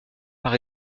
par